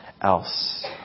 else